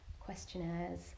questionnaires